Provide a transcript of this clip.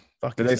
Fuck